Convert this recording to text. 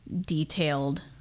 detailed